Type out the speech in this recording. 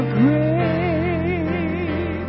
great